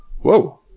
Whoa